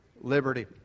liberty